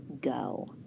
go